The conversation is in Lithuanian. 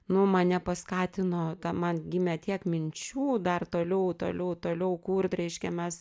nu mane paskatino man gimė tiek minčių dar toliau toliau toliau kurt reiškia mes